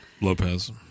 Lopez